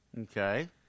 Okay